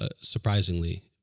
surprisingly